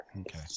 Okay